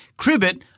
Cribbit